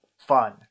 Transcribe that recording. Fun